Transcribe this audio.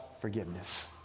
forgiveness